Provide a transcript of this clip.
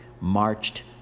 marched